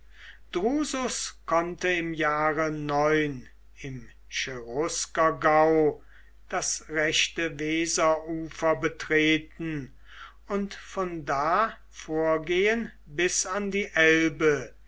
drusus konnte im jahre im cheruskergau das rechte weserufer betreten und von da vorgehen bis an die elbe